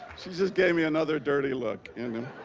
she gave me another dirty look. and